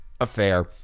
affair